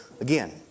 again